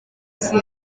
uzi